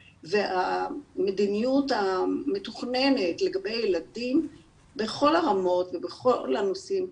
והמדיניות המתוכננת לגבי הילדים בכל הרמות ובכל הנושאים,